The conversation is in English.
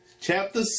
chapter